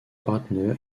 partner